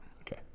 Okay